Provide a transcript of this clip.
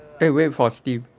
eh wait for steam